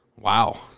Wow